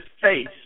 face